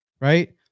Right